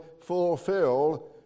fulfill